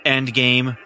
Endgame